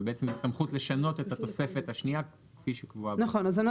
אבל בעצם הסמכות היא לשנות את התוספת השנייה כפי שקבועה בחוק.